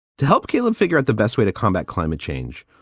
to help caleb figure out the best way to combat climate change.